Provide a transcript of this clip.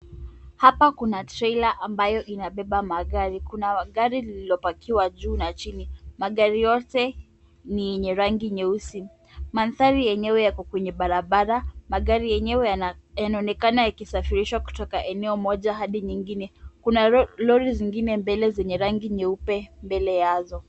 Hapa kuna Tralor ambayo inabeba magari. Kuna gari lilikopakiwa juu na chini. Magari yote ni yenye rangi nyeusi. Mandhari yenyewe yako kwenye barabara. Magari yenyewe yanaonekana yakisafirishwa kutoka eneo moja hadi nyingine. Kuna lori zingine mbele zenye rangi nyeupe mbele yazo.